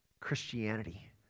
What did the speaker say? Christianity